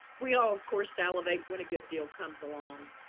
we all of course salivate when a good deal comes along